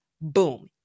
Boom